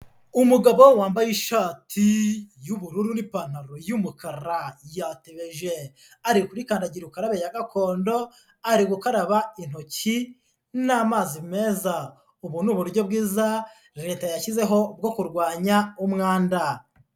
Umugabo wambaye ishati y'ubururu n'ipantaro y'umukara yatebeje, ari kuri kandagira ukarabe ya gakondo ari gukaraba intoki n'amazi meza, ubu ni uburyo bwiza leta yashyizeho bwo kurwanya umwanda.